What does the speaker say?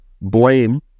blame